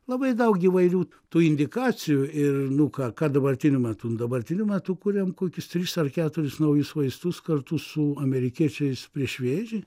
labai daug įvairių tu indikacijų ir nu ką ką dabartiniu metu dabartiniu metu kuriam kokius tris ar keturis naujus vaistus kartu su amerikiečiais prieš vėžį